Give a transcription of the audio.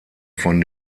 von